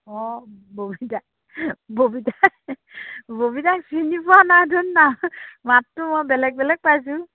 অঁ ববিতা ববিতা ববিতা চিনি পোৱা নাই ধুন না মাতটো মই বেলেগ বেলেগ পাইছোঁ